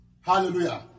Hallelujah